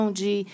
de